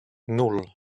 nul